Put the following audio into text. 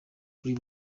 kuri